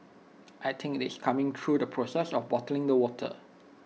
I think IT is coming through the process of bottling the water